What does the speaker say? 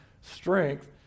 strength